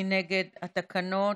מי נגד התקנות?